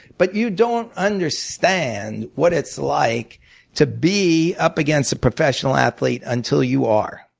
but you don't understand what it's like to be up against a professional athlete until you are.